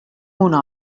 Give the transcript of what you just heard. una